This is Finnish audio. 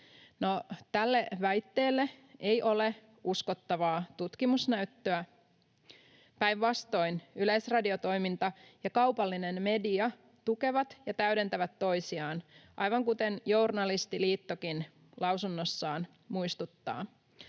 tälle väitteelle ei ole uskottavaa tutkimusnäyttöä. Päinvastoin yleisradiotoiminta ja kaupallinen media tukevat ja täydentävät toisiaan, aivan kuten Journalistiliittokin lausunnossaan muistuttaa.